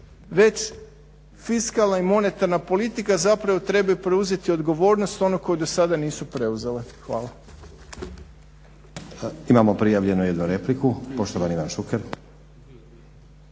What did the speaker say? već fiskalna i monetarna politika zapravo trebaju preuzeti odgovornost onu koju do sada nisu preuzele. Hvala. **Stazić, Nenad (SDP)** Imamo prijavljenu jednu repliku. Poštovani Ivan Šuker.